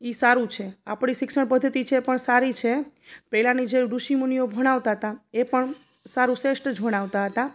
એ સારું છે આપણી શિક્ષણ પદ્ધતિ છે પણ સારી છે પહેલાની જે ઋષિમુનિઓ ભણાવતા હતા એ પણ સારું શ્રેષ્ઠ જ ભણાવતા હતા